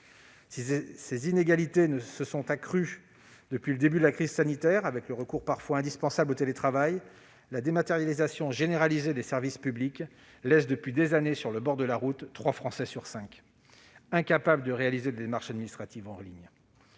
Si ces inégalités se sont accrues depuis le début de la crise sanitaire, avec le recours parfois indispensable au télétravail, la dématérialisation généralisée des services publics laisse depuis des années sur le bord de la route trois Français sur cinq, incapables de réaliser des démarches administratives en ligne.